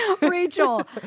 rachel